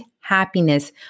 happiness